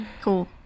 Cool